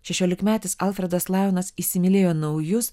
šešiolikmetis alfredas lajonas įsimylėjo naujus